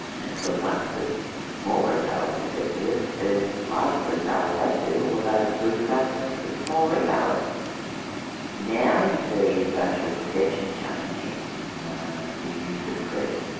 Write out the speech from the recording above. kind of course once the small retailers accepted it, the larger retailers had to, or they'd lose customers to the small retailers. now you see a social perception change in the use of credit.